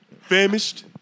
famished